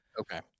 Okay